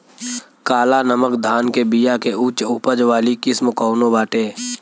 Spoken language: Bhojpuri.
काला नमक धान के बिया के उच्च उपज वाली किस्म कौनो बाटे?